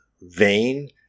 vain